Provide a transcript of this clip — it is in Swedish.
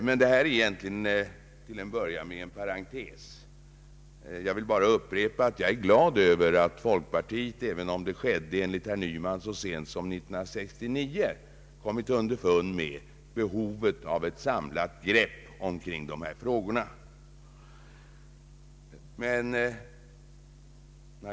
Detta var nu bara en parentes — jag vill upprepa att jag är glad över att folkpartiet, även om det enligt herr Nyman skedde så sent som år 1969, kommit underfund med behovet av ett samlat grepp i dessa frågor.